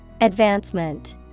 Advancement